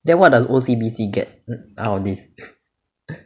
then what does O_C_B_C get out of this